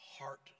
heart